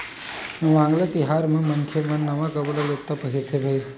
वांगला तिहार म मनखे मन नवा कपड़ा लत्ता पहिरथे भईर